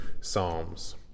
psalms